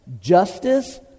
justice